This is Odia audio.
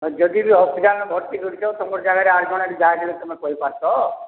ଯଦି ବି ହସ୍ପିଟାଲ୍ରେ ଭର୍ତ୍ତି କରିଛ ତମର ଜାଗାରେ ଆର୍ ଜଣେ ବି ଯାହାକେ ତମେ କହିପାର୍ବ